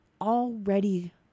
already